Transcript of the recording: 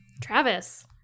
Travis